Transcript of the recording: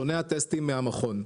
שונים הטסטים מן המכון.